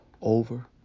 over